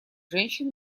женщин